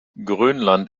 grönland